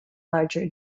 larger